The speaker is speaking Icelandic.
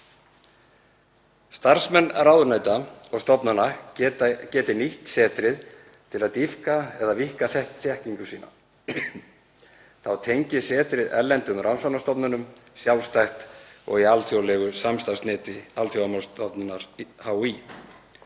Starfsmenn ráðuneyta og stofnana geti nýtt setrið til að dýpka eða víkka þekkingu sína. Þá tengist setrið erlendum rannsóknastofnunum sjálfstætt og í alþjóðlegu samstarfsneti Alþjóðamálastofnunar HÍ.